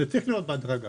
זה צריך להיות בהדרגה,